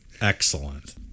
Excellent